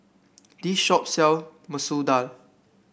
this shop sell Masoor Dal